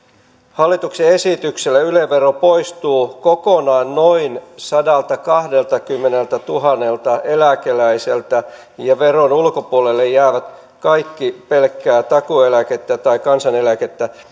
hallituksen esityksellä yle vero poistuu kokonaan noin sadaltakahdeltakymmeneltätuhannelta eläkeläiseltä ja veron ulkopuolelle jäävät kaikki pelkkää takuueläkettä tai kansaneläkettä